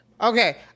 Okay